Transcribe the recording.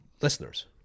listeners